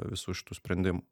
visų šitų sprendimų